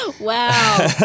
Wow